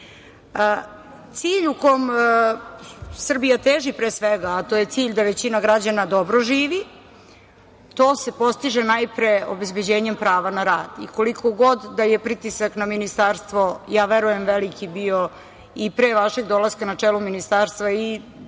kome Srbija teži, a to je cilj da većina građana dobro živi, to se postiže najpre obezbeđenjem prava na rad. Koliko god da je pritisak na ministarstvo ja verujem veliki bio i pre vašeg dolaska na čelo ministarstva, bio bi